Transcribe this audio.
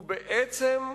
הוא בעצם,